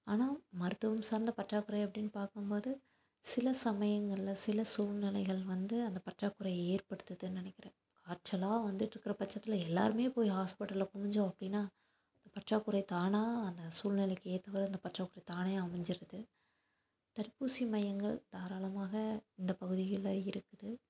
ஆனால் மருத்துவம் சார்ந்த பற்றாக்குறை அப்படினு பார்க்கும்போது சில சமயங்களில் சில சூழ்நிலைகள் வந்து அந்த பற்றாக்குறையை ஏற்படுத்ததுன்னு நினைக்கிறேன் காய்ச்சலா வந்துட்டுருக்குறப்பச்சதுல எல்லாருமே போய் ஹாஸ்பிடலில் குவிஞ்சோம் அப்படினா பற்றாக்குறை தானா அந்த சூழ்நிலைக்கு ஏற்றவாறு அந்த பற்றாக்குறை தானே அமைஞ்சிடுது தடுப்பூசி மையங்கள் தாராளமாக இந்த பகுதிகளில் இருக்குது